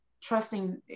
trusting